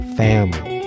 family